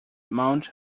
mount